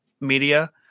Media